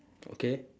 okay